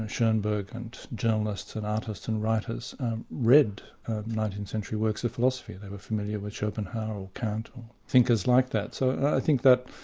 ah schoenberg and journalists and artists and writers read nineteenth century works of philosophy they were familiar with schopenhauer or kant thinkers like that. so i think that